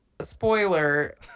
spoiler